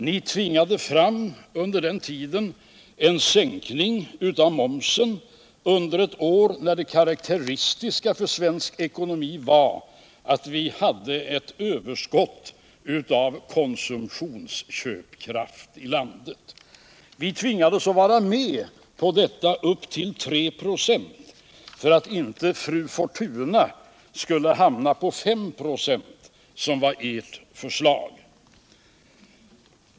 Ni tvingade under den tiden fram en sänkning av momsen under ett år, då det karakteristiska för svensk ekonomi var att vi hade ett överskott av konsumtionsköpkraft i landet. Vi tvingades att vara med på detta upp till 3 ”. för att inte fru Fortuna skulle hamna på 5 "v, som var ert förslag.